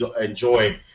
enjoy